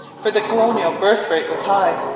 for the colonial birth-rate was high,